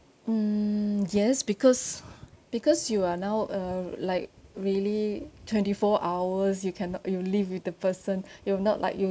mm yes because because you are now uh like really twenty four hours you cannot you live with the person you will not like you